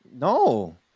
no